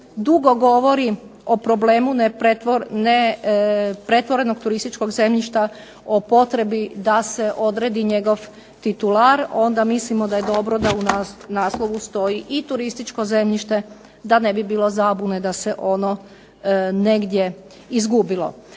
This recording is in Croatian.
dugo govori o problemu nepretvorenog turističkog zemljišta o potrebi da se odredi njegov titular, onda mislimo da je dobro da u naslovu stoji i turističko zemljište, da ne bi bilo zabune da se ono negdje izgubilo.